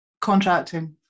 contracting